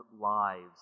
lives